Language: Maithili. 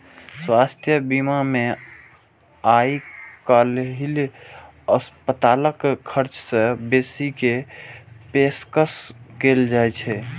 स्वास्थ्य बीमा मे आइकाल्हि अस्पतालक खर्च सं बेसी के पेशकश कैल जाइ छै